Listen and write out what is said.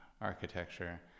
architecture